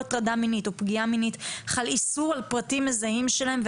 הטרדה מינית או פגיעה מינית חל איסור על פרטים מזהים שלהם,